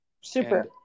Super